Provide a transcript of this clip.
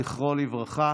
זכרו לברכה: